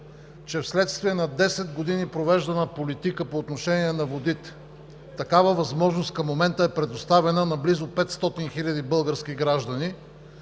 че вследствие на 10 години провеждана политика по отношение на водите такава възможност към момента е предоставена на близо 500 хиляди български граждани,